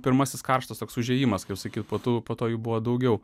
pirmasis karštas toks užėjimas kaip sakyt po tų po to jų buvo daugiau